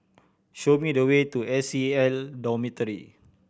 show me the way to S C N Dormitory